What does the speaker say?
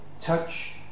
touch